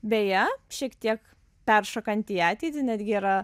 beje šiek tiek peršokant į ateitį netgi yra